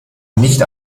nicht